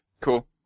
Cool